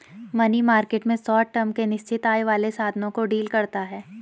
money market में short term के निश्चित आय वाले साधनों को डील करता है